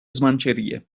smancerie